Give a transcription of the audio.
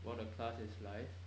while the class is live